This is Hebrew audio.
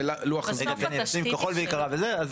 אבל ככל שהיא עדיין יקרה ואי-אפשר להתחבר בדרך אחרת,